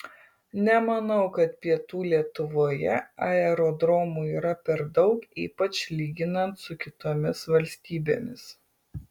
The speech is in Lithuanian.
nemanau kad pietų lietuvoje aerodromų yra per daug ypač lyginant su kitomis valstybėmis